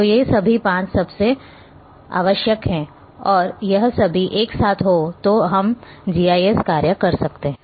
तो ये सभी पांच सबसे आवश्यक हैं और यह सभी एक साथ हो तभी एक जीआईएस कार्य कर सकता है